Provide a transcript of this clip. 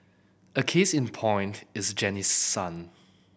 a case in point is Janice's son